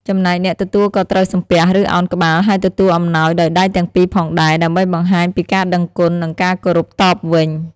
ចំណែកអ្នកទទួលក៏ត្រូវសំពះ ឬឱនក្បាល ហើយទទួលអំណោយដោយដៃទាំងពីរផងដែរ ដើម្បីបង្ហាញពីការដឹងគុណ និងការគោរពតបវិញ។